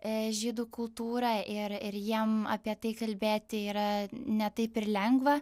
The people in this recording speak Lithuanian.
e žydų kultūrą ir ir jiem apie tai kalbėti yra ne taip ir lengva